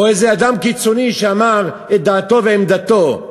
או איזה אדם קיצוני שאמר את דעתו ועמדתו.